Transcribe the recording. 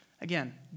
again